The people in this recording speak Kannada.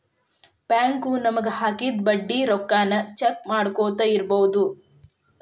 ಬ್ಯಾಂಕು ನಮಗ ಹಾಕಿದ ಬಡ್ಡಿ ರೊಕ್ಕಾನ ಚೆಕ್ ಮಾಡ್ಕೊತ್ ಇರ್ಬೊದು